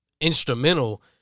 instrumental